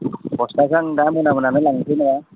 बस्ताखौ आं दा मोना मोनानो लांनोसै न'आव